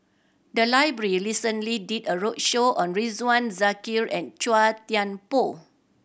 the library recently did a roadshow on Ridzwan Dzafir and Chua Thian Poh